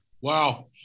Wow